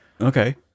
Okay